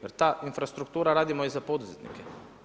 Jer ta infrastruktura, radimo i za poduzetnike.